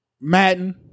Madden